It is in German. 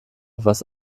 was